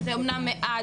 זה אמנם מעט,